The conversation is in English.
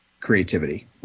creativity